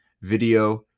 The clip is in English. video